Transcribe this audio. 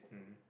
mmhmm